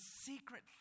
secret